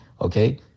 Okay